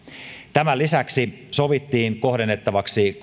tämän lisäksi sovittiin kohdennettavaksi